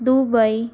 Dubai